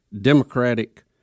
Democratic